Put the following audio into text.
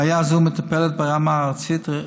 בעיה זו מטופלת ברמה הארצית,